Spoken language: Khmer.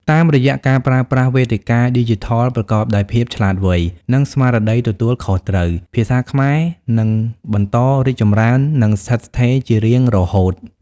តាមរយៈការប្រើប្រាស់វេទិកាឌីជីថលប្រកបដោយភាពឆ្លាតវៃ និងស្មារតីទទួលខុសត្រូវ ភាសាខ្មែរនឹងបន្តរីកចម្រើន និងស្ថិតស្ថេរជារៀងរហូត។